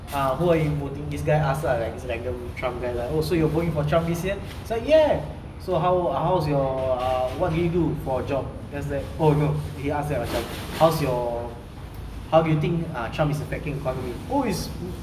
ah who are you voting this guy ask lah like this random trump guy like so are you voting for trump this year he's like ya so how how's your uh what do you do for a job then it's like oh no he ask like macam how's your how do you think trump is affecting the economy oh is